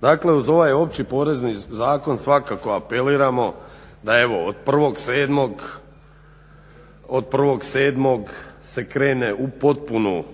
Dakle uz ovaj Opći porezni zakon svakako apeliramo da od 1.7.se krene u potpunu